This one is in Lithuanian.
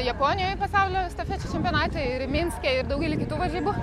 japonijoj pasaulio estafečių čempionate ir minske ir daugely kitų varžybų